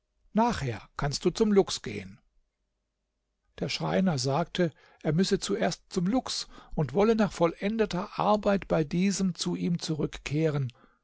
nachher kannst du zum luchs gehen der schreiner sagte er müsse zuerst zum luchs und wolle nach vollendeter arbeit bei diesem zu ihm zurückkehren